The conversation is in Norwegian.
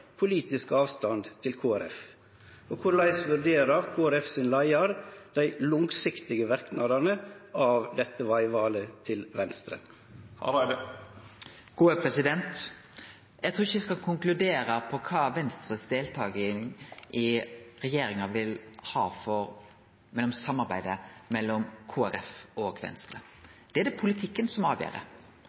politisk avstand til Kristeleg Folkeparti? Og korleis vurderer Kristeleg Folkepartis leiar dei langsiktige verknadene av dette vegvalet til Venstre? Eg trur ikkje eg skal konkludere på kva Venstres deltaking i regjeringa vil ha å seie for samarbeidet mellom Kristeleg Folkeparti og Venstre. Politikken avgjer det.